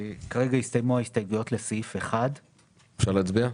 כרגע הסתיימו ההסתייגויות לסעיף 1. אפשר להצביע?